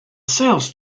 sales